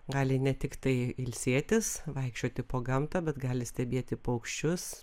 gali ne tiktai ilsėtis vaikščioti po gamtą bet gali stebėti paukščius